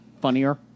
funnier